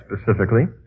specifically